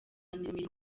imirimo